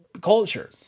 culture